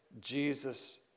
Jesus